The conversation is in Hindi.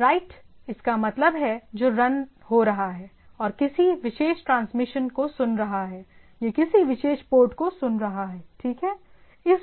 राइट इसका मतलब है जो रन रहा है और किसी विशेष ट्रांसमिशन को सुन रहा है यह किसी विशेष पोर्ट को सुन रहा है ठीक है